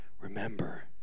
Remember